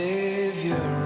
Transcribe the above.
Savior